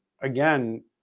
again